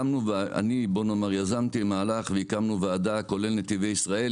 אני יזמתי מהלך והקמנו ועדה כולל נתיבי ישראל,